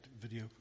video